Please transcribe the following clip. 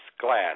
glass